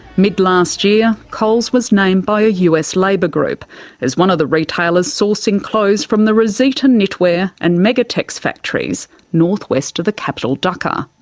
mid last year coles was named by a us labour group as one of the retailers sourcing clothes from the rosita knitwear and megatex factories north west of the capital dhaka.